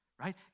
right